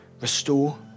restore